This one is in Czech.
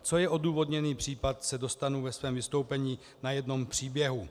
K tomu, co je odůvodněný případ, se dostanu ve svém vystoupení na jednom příběhu.